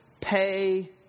pay